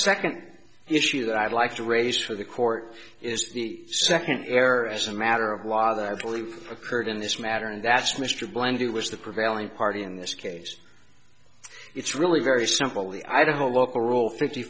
second issue that i'd like to raise for the court is the second error as a matter of law that i believe occurred in this matter and that's mr blandy was the prevailing party in this case it's really very simple the idaho local rule fifty